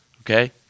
Okay